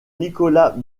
nicolas